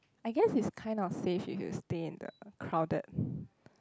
I guess it's kind of safe if you stay in the crowded